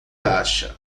acha